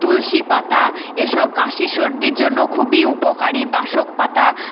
তুলসী পাতা এসব কাশি সর্দির জন্য খুবই উপকারী বাসক পাতা